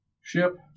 ship